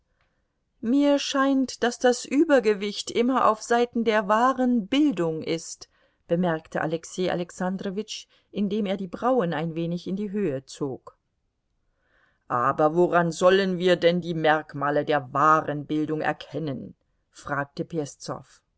mir scheint daß das übergewicht immer auf seiten der wahren bildung ist bemerkte alexei alexandrowitsch indem er die brauen ein wenig in die höhe zog aber woran sollen wir denn die merkmale der wahren bildung erkennen fragte